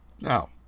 now